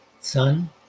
son